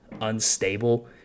unstable